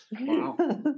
wow